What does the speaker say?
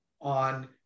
on